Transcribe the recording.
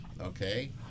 okay